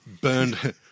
Burned